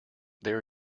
there